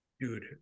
Dude